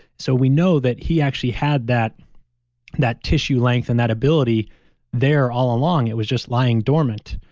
so we know that he actually had that that tissue length and that ability there all along, it was just lying dormant.